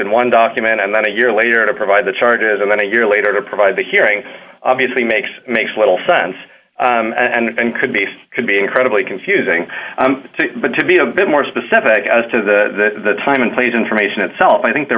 in one document and then a year later to provide the charges and then a year later to provide the hearing obviously makes makes little sense and could be could be incredibly confusing but to be a bit more specific as to the time and place information itself i think there